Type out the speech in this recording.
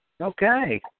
Okay